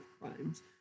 crimes